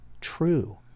true